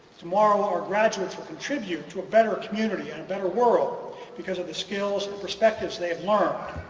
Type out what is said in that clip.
tomorrow our graduates will contribute to a better community and a better world because of the skills and perspectives they have learned.